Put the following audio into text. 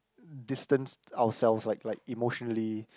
distance ourselves like like emotionally